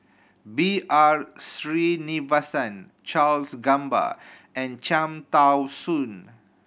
B R Sreenivasan Charles Gamba and Cham Tao Soon